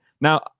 Now